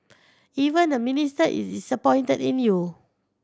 even the Minister is disappointed in you